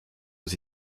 aux